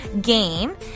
game